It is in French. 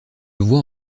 vois